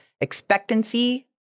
expectancy